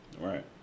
Right